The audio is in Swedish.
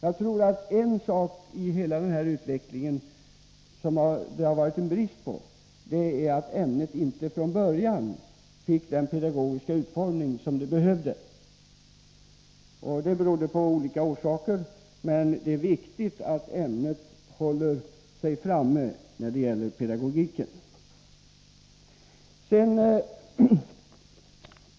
Jag tror att det har varit en brist i hela denna utveckling — nas behov avfortatt inte ämnet från början fick den pedagogiska utformning som behövdes. bildning Det berodde på olika saker, men det viktiga nu är att företrädarna för detta ämne håller sig framme när det gäller pedagogiken.